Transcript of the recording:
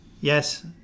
Yes